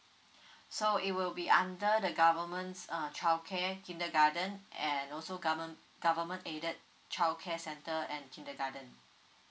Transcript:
so it will be under the government's uh childcare kindergarten and also government government aided childcare center and kindergarten